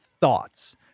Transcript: thoughts